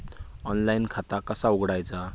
Online खाता कसा उघडायचा?